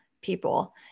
people